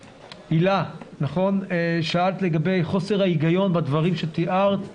הילה, שאלת לגבי חוסר ההיגיון בדברים שתיארת.